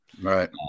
right